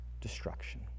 destruction